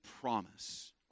promise